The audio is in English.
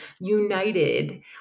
united